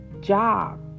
job